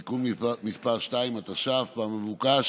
(תיקון מס' 2), התש"ף 2020, שבה מבוקש